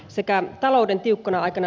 sekä talouden tiukkana aikana